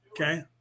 okay